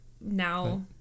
now